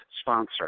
sponsor